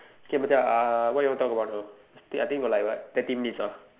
okay Macha uh what you want to talk about now I think we got like what thirty minutes ah